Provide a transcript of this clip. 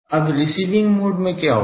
अब receiving mode में क्या होगा